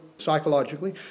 Psychologically